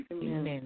Amen